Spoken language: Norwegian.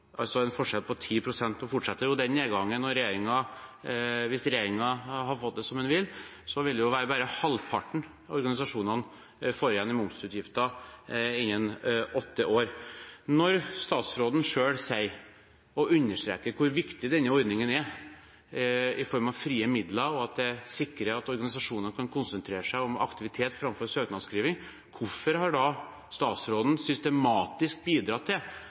altså en forskjell på 10 prosentpoeng. Så fortetter den nedgangen: Hvis regjeringen får det som den vil, vil det bare være halvparten organisasjonene får igjen i momsutgifter innen åtte år. Når statsråden selv understreker hvor viktig denne ordningen er i form av frie midler og at man sikrer at organisasjonene kan konsentrere seg om aktivitet framfor søknadsskriving, hvorfor har da statsråden systematisk bidratt til